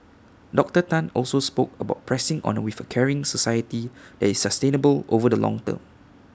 Doctor Tan also spoke about pressing on A with A caring society that is sustainable over the long term